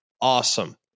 awesome